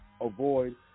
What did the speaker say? avoid